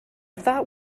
thought